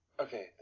Okay